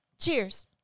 Cheers